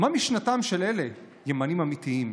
מה משנתם של אלה, ימנים אמיתיים?